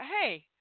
hey